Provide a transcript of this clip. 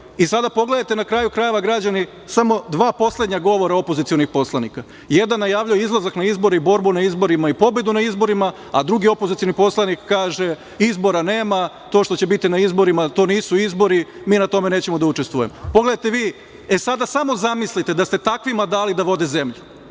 Sada, pogledajte na kraju krajeva, građani, samo dva poslednja govora opozicionih poslanika. Jedan najavljuje izlazak na izbore i borbu na izborima i pobedu na izborima, a drugi opozicioni poslanik kaže – izbora nema, to što će biti na izborima to nisu izbori, mi na tome nećemo da učestvujemo. Sada samo zamislite da ste takvima dali da vode zemlju